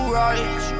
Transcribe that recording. right